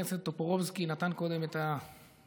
וחבר הכנסת טופורובסקי נתן קודם את הדימוי